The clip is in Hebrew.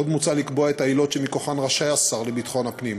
עוד מוצע לקבוע את העילות שמכוחן רשאי השר לביטחון הפנים,